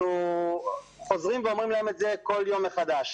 אנחנו חוזרים ואומרים להם את זה כל יום מחדש.